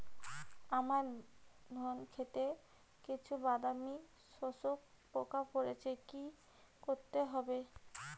আমার ধন খেতে কিছু বাদামী শোষক পোকা পড়েছে কি করতে হবে?